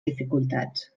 dificultats